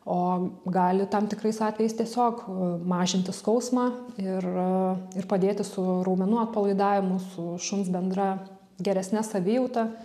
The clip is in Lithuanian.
o gali tam tikrais atvejais tiesiog mažinti skausmą ir padėti su raumenų atpalaidavimu su šuns bendra geresne savijauta